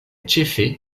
ĉefe